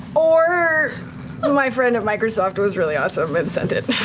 or my friend at microsoft was really awesome and sent it.